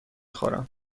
خورم